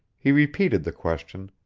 he repeated the question,